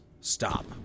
stop